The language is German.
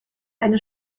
eine